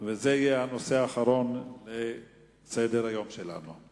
וזה יהיה הנושא האחרון בסדר-היום שלנו.